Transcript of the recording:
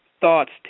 thoughts